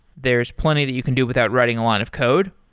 there's plenty that you can do without writing a lot of code,